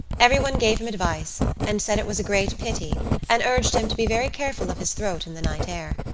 everyone gave him advice and said it was a great pity and urged him to be very careful of his throat in the night air.